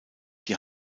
die